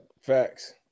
Facts